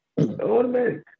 Automatic